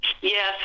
Yes